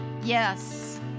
yes